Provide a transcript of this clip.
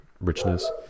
richness